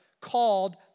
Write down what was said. called